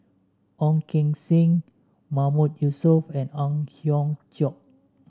Ong Keng Sen Mahmood Yusof and Ang Hiong Chiok